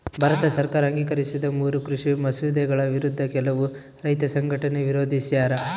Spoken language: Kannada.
ಭಾರತ ಸರ್ಕಾರ ಅಂಗೀಕರಿಸಿದ ಮೂರೂ ಕೃಷಿ ಮಸೂದೆಗಳ ವಿರುದ್ಧ ಕೆಲವು ರೈತ ಸಂಘಟನೆ ವಿರೋಧಿಸ್ಯಾರ